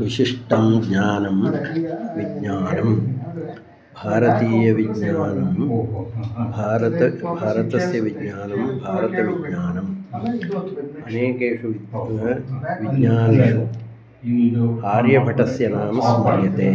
विशिष्टं ज्ञानं विज्ञानं भारतीयविज्ञानं भारतं भारतस्य विज्ञानं भारतविज्ञानम् अनेकेषु विज्ञानेषु आर्यभटस्य नाम स्मर्यते